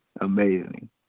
amazing